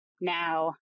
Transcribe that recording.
now